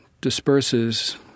disperses